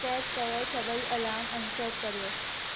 set कयल सभेई alarm unset करियो